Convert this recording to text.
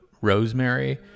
rosemary